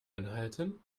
anhalten